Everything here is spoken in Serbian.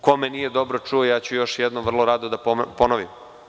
Ko me nije dobro čuo, ja ću još jednom vrlo rado da ponovim.